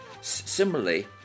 Similarly